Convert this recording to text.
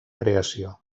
creació